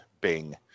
Bing